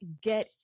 get